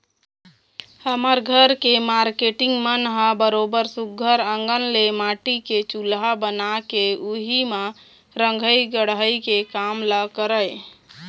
हमर घर के मारकेटिंग मन ह बरोबर सुग्घर अंकन ले माटी के चूल्हा बना के उही म रंधई गड़हई के काम ल करय